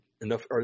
enough